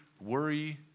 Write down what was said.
worry